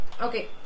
Okay